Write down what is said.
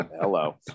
Hello